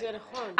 זה נכון.